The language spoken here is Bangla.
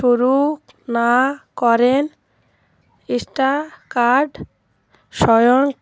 শুরু না করেন ইন্সটা কার্ড স্বয়ং